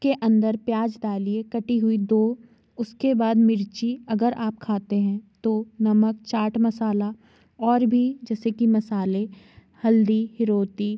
के अंदर प्याज़ डालिए कटी हुई दो उसके बाद मिर्ची अगर आप खाते हैं तो नमक चाट मसाला और भी जैसे कि मसाले हल्दी